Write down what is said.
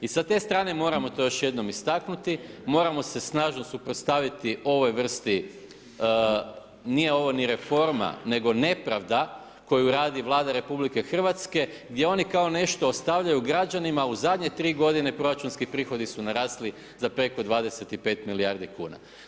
I sa te strane moramo to još jednom istaknuti, moramo se snažno suprotstaviti ovoj vrsti, nije ni ovo ni reforma nego nepravda koju radi Vlada RH gdje oni kao nešto ostavljaju građanima, u zadnje 3 g. proračunski prohodi su narasli za preko 25 milijardi kuna.